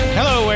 Hello